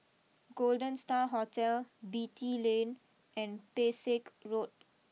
Golden Star Hotel Beatty Lane and Pesek Road